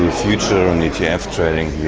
future and etf trading